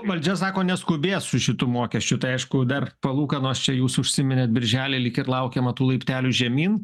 valdžia sako neskubės su šitu mokesčiu tai aišku dar palūkanos čia jūs užsiminėt birželį lyg ir laukiama tų laiptelių žemyn